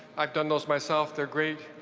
i've done those myself. they're great.